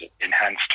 enhanced